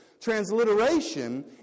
Transliteration